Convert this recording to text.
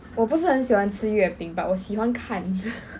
我不是很喜欢吃月饼 but 我喜欢看